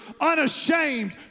unashamed